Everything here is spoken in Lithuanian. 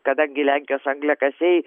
kadangi lenkijos angliakasiai